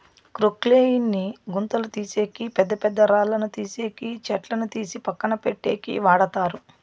క్రొక్లేయిన్ ని గుంతలు తీసేకి, పెద్ద పెద్ద రాళ్ళను తీసేకి, చెట్లను తీసి పక్కన పెట్టేకి వాడతారు